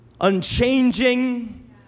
unchanging